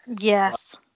Yes